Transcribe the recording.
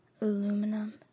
aluminum